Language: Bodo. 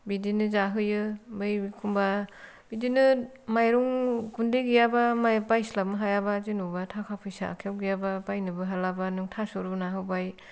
बिदिनो जाहोयो ओमफ्राय एखमब्ला बिदिनो माइरं गुन्दै गैयाब्ला बायस्लाबनो हायाब्ला जेनेबा थाखा फैसा आखायाव गैयाब्ला बायनोबो हालाब्ला थास' रुना होबाय